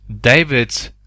David